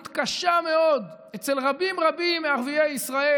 קשה מאוד אצל רבים רבים מערביי ישראל,